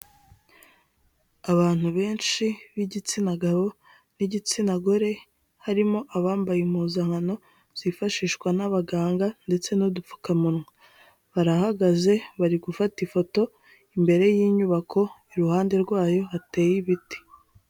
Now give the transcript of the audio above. Abantu benshi b'igitsina gabo n'igitsina gore harimo abambaye impuzankano zifashishwa n'abaganga ndetse n'udupfukamunwa, barahagaze bari gufata ifoto imbere y'inyubako iruhande rwayo hateye ibiti.